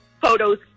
photos